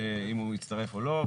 אם הוא יצטרף או לא.